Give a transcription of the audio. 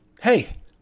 hey